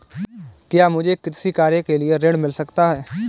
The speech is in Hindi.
क्या मुझे कृषि कार्य के लिए ऋण मिल सकता है?